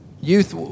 Youth